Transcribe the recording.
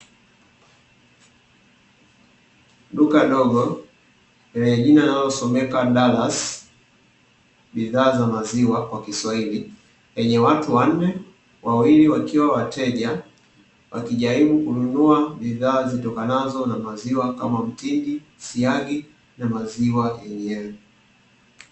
Duka dogo lenye jina linalosomeka dalasi bidhaa za maziwa kwa kiswahili lenye watu wanne wawili wakiwa wateja wakijaribu kununua bidhaa zitokanazo na maziwa kama: mtindi, siagi na maziwa yenyewe.